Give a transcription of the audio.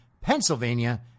Pennsylvania